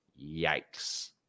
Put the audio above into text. Yikes